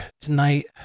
tonight